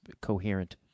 coherent